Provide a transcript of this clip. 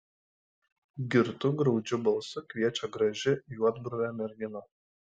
girtu graudžiu balsu kviečia graži juodbruvė mergina